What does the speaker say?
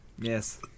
Yes